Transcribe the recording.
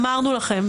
אמרנו לכם.